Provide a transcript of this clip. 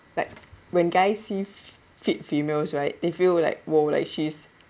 like when guys see fi~ fit females right they feel like !wow! like she's